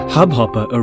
Hubhopper